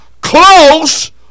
close